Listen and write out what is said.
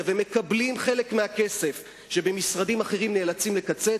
ומקבלים חלק מהכסף שבמשרדים אחרים נאלצים לקצץ,